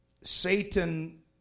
Satan